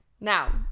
Now